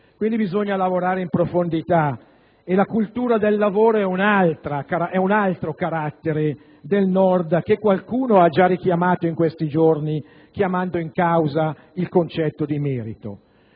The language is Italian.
Quindi, bisogna lavorare in profondità e la cultura del lavoro è un altro carattere del Nord, che qualcuno ha già richiamato in questi giorni chiamando in causa il concetto di merito.